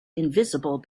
invisible